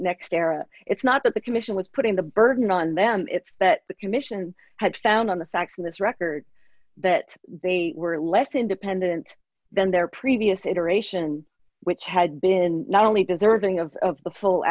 era it's not that the commission was putting the burden on them it's that the commission had found on the facts of this record that they were less independent than their previous iteration which had been not only deserving of the full